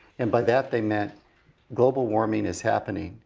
and by that, they meant global warming is happening.